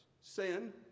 sin